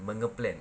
mengeplan